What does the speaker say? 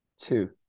Two